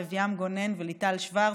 לב ים גונן וליטל שוורץ,